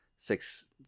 Six